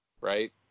right